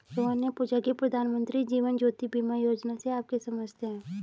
रोहन ने पूछा की प्रधानमंत्री जीवन ज्योति बीमा योजना से आप क्या समझते हैं?